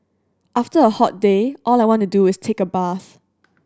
after a hot day all I want to do is take a bath